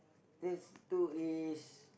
this two is